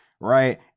Right